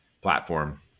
platform